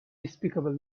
despicable